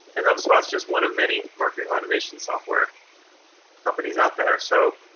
and hubspot is just one of many marketing automation software companies out there. so,